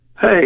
Hey